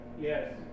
Yes